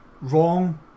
wrong